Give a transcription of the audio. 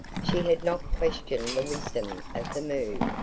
she had not questioned the wisdom of the move,